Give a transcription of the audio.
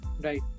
Right